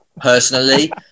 personally